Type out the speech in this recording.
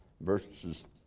verses